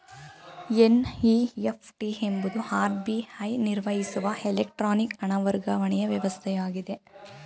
NEFT ಎಂಬುದು RBI ನಿರ್ವಹಿಸುವ electronic ಹಣ ವರ್ಗಾವಣೆಯ ವ್ಯವಸ್ಥೆಯಾಗಿದೆ